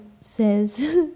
says